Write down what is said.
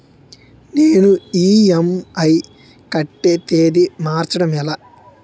నేను ఇ.ఎం.ఐ కట్టే తేదీ మార్చడం ఎలా?